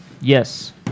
Yes